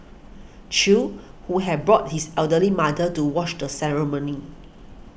Chew who had brought his elderly mother to watch the ceremony